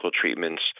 treatments